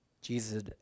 Jesus